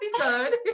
episode